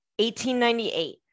1898